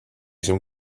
some